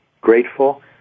grateful